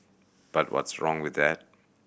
but what's wrong with that